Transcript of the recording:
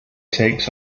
takes